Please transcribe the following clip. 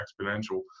exponential